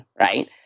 right